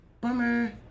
Bummer